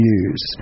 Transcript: use